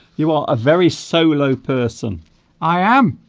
you are a very solo person i am